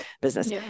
business